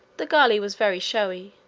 the gully was very showy,